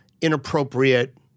inappropriate